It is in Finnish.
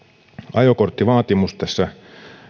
ajokorttivaatimus tässä